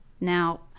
Now